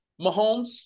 Mahomes